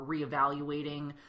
reevaluating